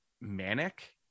manic